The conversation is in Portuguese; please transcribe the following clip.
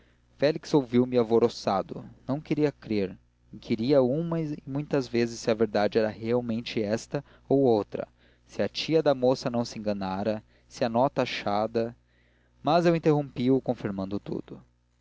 situação félix ouviu-me alvoroçado não queria crer inquiria uma e muitas vezes se a verdade era realmente esta ou outra se a tia da moça não se enganara se a nota achada mas eu interrompi o confirmando tudo